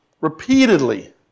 repeatedly